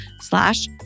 slash